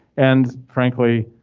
and frankly,